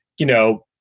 you know,